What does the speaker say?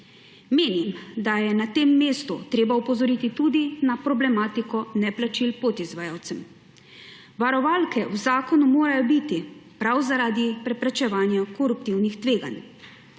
Menim, da je na tem mestu treba opozoriti tudi na problematiko neplačil podizvajalcem. Varovalke v zakonu morajo biti prav zaradi preprečevanja koruptivnih tveganj.